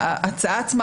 ההצעה עצמה,